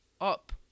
up